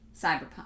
Cyberpunk